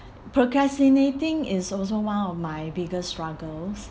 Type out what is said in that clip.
procrastinating is also one of my biggest struggles